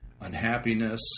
Unhappiness